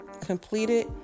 completed